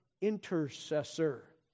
intercessor